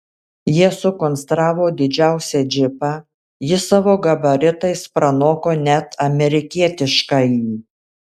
jie sukonstravo didžiausią džipą jis savo gabaritais pranoko net amerikietiškąjį